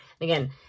Again